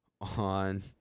on